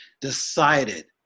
decided